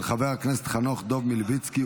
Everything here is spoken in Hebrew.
של חבר הכנסת חנוך דב מלביצקי,